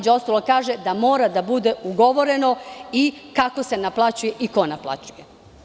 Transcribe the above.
Kaže da mora da bude ugovoreno i kako se naplaćuje i ko naplaćuje.